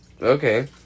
Okay